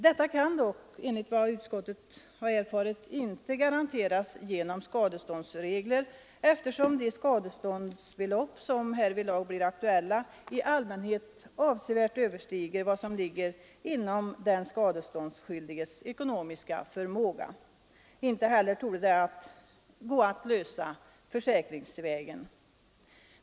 Detta kan dock, enligt vad utskottet har erfarit, inte garanteras genom skadeståndsregler, eftersom de skadeståndsbelopp, som härvidlag blir aktuella, i allmänhet avsevärt överstiger vad som ligger inom den åndsskyldiges ekonomiska förmåga. Inte heller torde frågan gå att lösa försäkringsvägen.